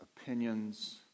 opinions